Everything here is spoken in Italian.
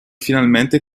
finalmente